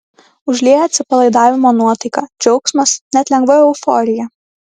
užlieja atsipalaidavimo nuotaika džiaugsmas net lengva euforija